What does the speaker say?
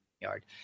yard